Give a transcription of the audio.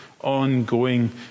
ongoing